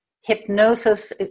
hypnosis